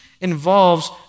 involves